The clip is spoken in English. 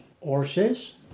horses